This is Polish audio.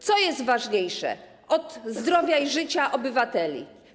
Co jest ważniejsze od zdrowia i życia obywateli?